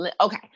Okay